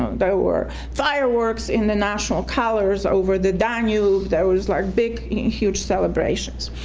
and were fireworks in the national colours over the danube that was like big huge celebrations,